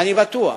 ואני בטוח